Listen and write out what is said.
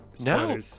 No